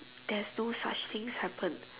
there's no such things happen